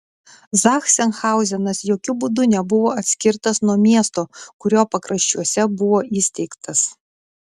zachsenhauzenas jokiu būdu nebuvo atskirtas nuo miesto kurio pakraščiuose buvo įsteigtas